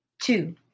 two